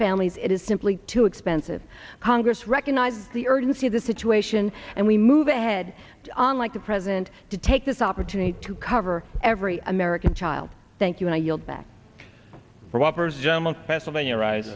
families it is simply too expensive congress recognize the urgency of the situation and we move ahead on like the president to take this opportunity to cover every american child thank you and i yield back for whoppers jamel pennsylvania wri